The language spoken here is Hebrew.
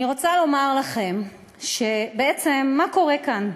אני רוצה לומר לכם שבעצם, מה קורה כאן?